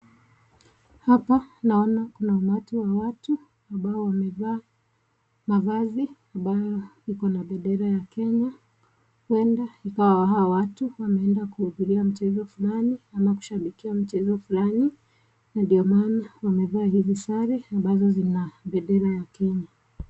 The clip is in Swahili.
Umati wa watu ambao wamevaa mavazi ambayo iko na bendera ya Kenya. Huenda ikawa hawa watu wameenda kuhudhuria au kushabikia mchezo fulani na ndio maana wamevaa hiiz sare ambazo zina bendera ya Kenya.